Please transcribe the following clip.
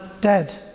dead